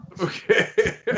Okay